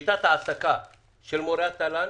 לגבי שיטת העסקה של מורי התל"ן,